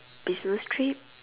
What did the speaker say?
business trip